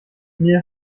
mir